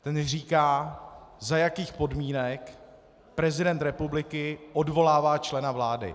Ten říká, za jakých podmínek prezident republiky odvolává člena vlády.